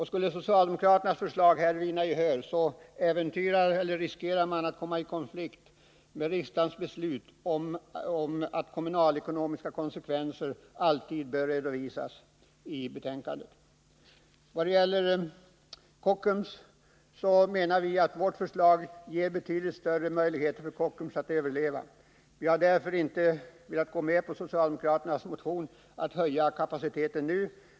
Skulle socialdemokraternas förslag vinna gehör, riskerar man att komma i konflikt med riksdagens beslut om att kommunalekonomiska konsekvenser alltid bör redovisas i betänkandet. Beträffande Kockums AB menar vi att vårt förslag ger betydligt större möjligheter för företaget att överleva om vi går in för en trevarvslösning. Vi har därför inte velat ansluta oss till socialdemokraternas motion, som syftar till att höja kapaciteten nu.